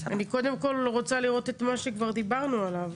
קודם כול אני רוצה לראות את מה שכבר דיברנו עליו.